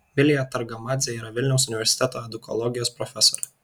vilija targamadzė yra vilniaus universiteto edukologijos profesorė